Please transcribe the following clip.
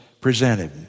presented